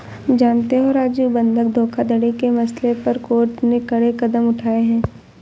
जानते हो राजू बंधक धोखाधड़ी के मसले पर कोर्ट ने कड़े कदम उठाए हैं